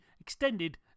extended